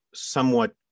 somewhat